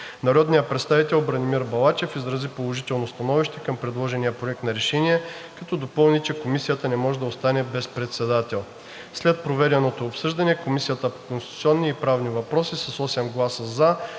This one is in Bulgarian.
Народният представител Бранимир Балачев изрази положително становище към предложения проект на решение, като допълни, че Комисията не може да остане без председател. След проведеното обсъждане Комисията по конституционни и правни въпроси с 8 гласа „за“,